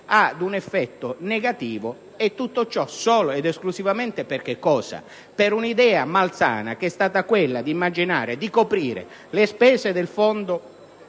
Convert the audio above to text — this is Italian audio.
ad un effetto negativo: solo ed esclusivamente, per che cosa? Per un'idea malsana, che è stata quella di immaginare di coprire le spese del fondo